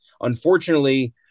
unfortunately